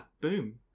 boom